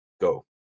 go